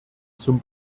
zum